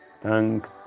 thank